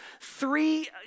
three